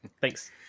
thanks